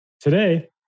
Today